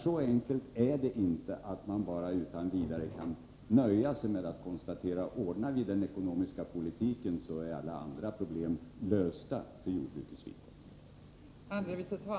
Så enkelt är det inte att man bara utan vidare kan nöja sig med att konstatera: Om vi ordnar den ekonomiska politiken, är alla andra problem för jordbrukets vidkommande lösta.